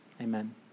Amen